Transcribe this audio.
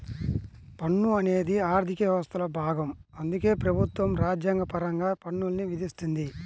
పన్ను అనేది ఆర్థిక వ్యవస్థలో భాగం అందుకే ప్రభుత్వం రాజ్యాంగపరంగా పన్నుల్ని విధిస్తుంది